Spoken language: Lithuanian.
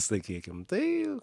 sakykim tai